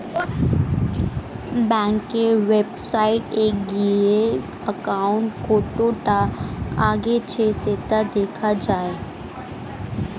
ব্যাংকের ওয়েবসাইটে গিয়ে অ্যাকাউন্ট কতটা এগিয়েছে সেটা দেখা যায়